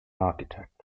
architect